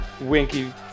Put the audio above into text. Winky